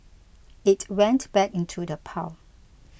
it went back into the pile